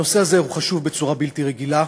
הנושא הזה חשוב בצורה בלתי רגילה.